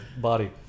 body